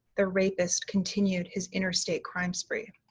the rapist continued his interstate crime spree.